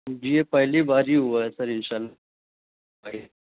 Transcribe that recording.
جی یہ پہلی بار ہی ہوا ہے سر ان شاء اللہ